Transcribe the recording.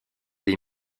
des